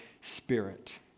spirit